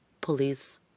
police